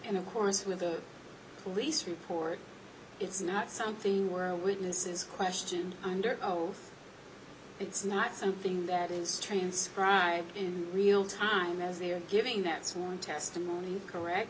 and of course with the police report it's not something where witnesses question under oath it's not something that is transcribed in real time as they are giving that sworn testimony correct